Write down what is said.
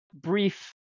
brief